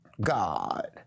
God